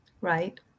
right